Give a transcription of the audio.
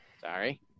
Sorry